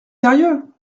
sérieux